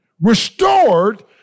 restored